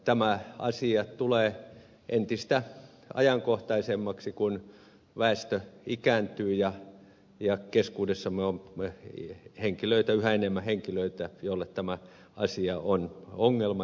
tämä asia tulee entistä ajankohtaisemmaksi kun väestö ikääntyy ja keskuudessamme on yhä enemmän henkilöitä joille tämä asia on ongelma